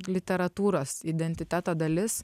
literatūros identiteto dalis